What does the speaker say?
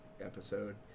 episode